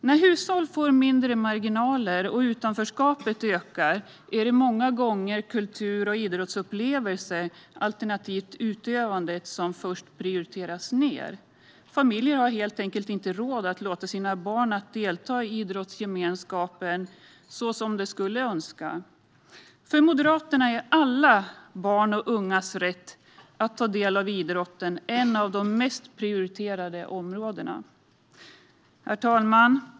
När hushåll får mindre marginaler och utanförskapet ökar är det många gånger kultur och idrottsupplevelser alternativt utövandet som först prioriteras ned. Familjer har helt enkelt inte råd att låta sina barn delta i idrottsgemenskapen så som de skulle önska. För Moderaterna är alla barns och ungas rätt att ta del av idrott ett av de det mest prioriterade områdena.